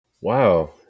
Wow